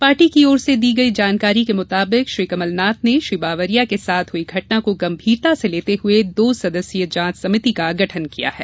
party की ओर से दी गई जानकारी के मुताबिक श्री कमलनाथ ने श्री बावरिया के साथ हुई घटना को गंभीरता से लेते हुए दो सदस्यीय जांच समिति का गठन किया है